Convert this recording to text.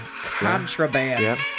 contraband